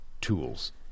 tools